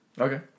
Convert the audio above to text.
Okay